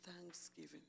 thanksgiving